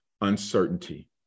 uncertainty